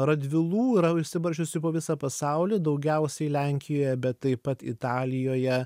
radvilų yra išsibarsčiusių po visą pasaulį daugiausiai lenkijoje bet taip pat italijoje